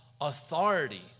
authority